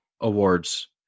awards